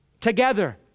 together